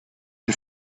une